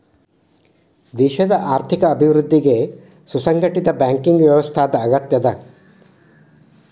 ದೇಶದ್ ಆರ್ಥಿಕ ಅಭಿವೃದ್ಧಿಗೆ ಸುಸಂಘಟಿತ ಬ್ಯಾಂಕಿಂಗ್ ವ್ಯವಸ್ಥಾದ್ ಅಗತ್ಯದ